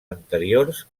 anteriors